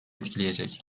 etkileyecek